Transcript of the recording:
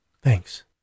Thanks